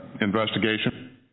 investigation